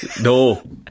No